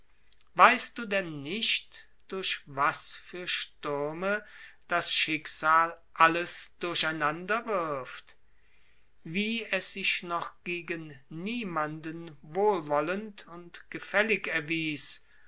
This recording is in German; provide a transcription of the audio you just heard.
weißt du denn nicht durch was für stürme das schicksal alles durcheinander wirft wie es sich noch gegen niemanden wohlwollend und gefällig erwies